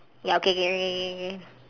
ya okay can can can can